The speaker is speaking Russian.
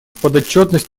подотчетность